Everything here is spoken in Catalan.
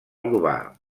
urbà